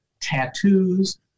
tattoos